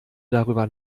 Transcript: darüber